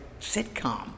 sitcom